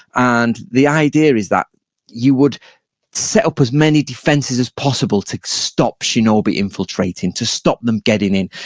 and the idea is that you would set up as many defenses as possible to stop shinobi infiltrating, to stop them getting in.